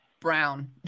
brown